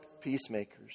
peacemakers